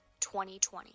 2020